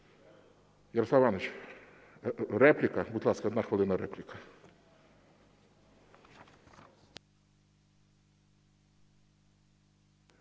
Ярослав Іванович, репліка. Будь ласка, 1 хвилина, репліка.